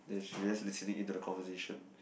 then she just listening to the conversation